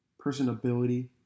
personability